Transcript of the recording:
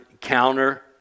counter